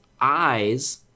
eyes